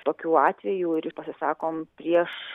tokių atvejų iri pasisakom prieš